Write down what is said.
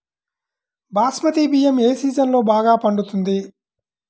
బాస్మతి బియ్యం ఏ సీజన్లో బాగా పండుతుంది?